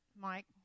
Mike